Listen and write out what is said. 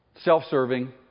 Self-serving